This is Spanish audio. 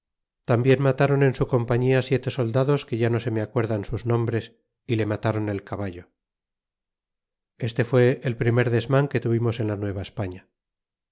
tambien matáron en su compañía siete soldados que ya no se me acuerdan sus nombres y le matáron el caballo este fue el primer desman que tuvimos en la